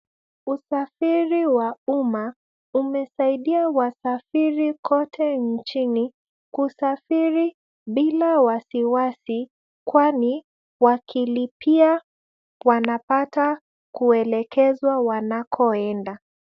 Usafiri wa umma umesaidia wasafiri kote nchini kusafiri bila wasiwasi kwani wakilipia wanapata kuelekezwa wanakoenda.